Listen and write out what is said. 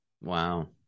Wow